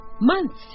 Months